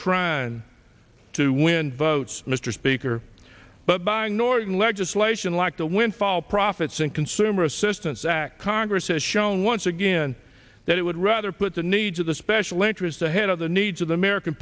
trying to win votes mr speaker but buying norton legislation like the windfall profits and consumer assistance act congress says known once again that it would rather put the needs of the special interests ahead of the needs of the american